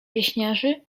pieśniarzy